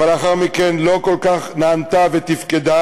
אבל לאחר מכן לא כל כך נענתה ותפקדה,